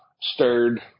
stirred